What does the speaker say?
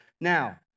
Now